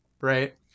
Right